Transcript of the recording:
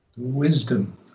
wisdom